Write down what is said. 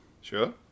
Sure